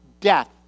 death